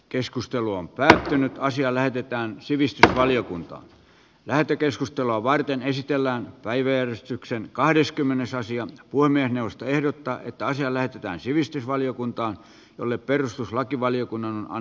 keskustelu on päättynyt ja asia lähetetään sivistysvaliokuntaan lähetekeskustelua varten esitellään päiväjärjestykseen kahdeskymmenes asian puiminen puhemiesneuvosto ehdottaa että asia lähetetään sivistysvaliokuntaan jolle perustuslakivaliokunnan on annettava lausunto